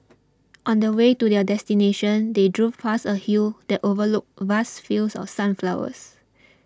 on the way to their destination they drove past a hill that overlooked vast fields of sunflowers